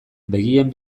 begien